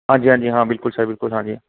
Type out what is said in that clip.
ਹਾਂਜੀ ਹਾਂਜੀ ਹਾਂ ਬਿਲਕੁਲ ਸਰ ਬਿਲਕੁਲ ਹਾਂਜੀ